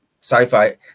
sci-fi